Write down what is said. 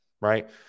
right